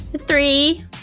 three